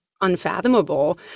unfathomable